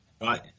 Right